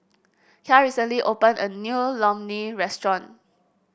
Kya recently opened a new Imoni restaurant